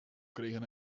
kregen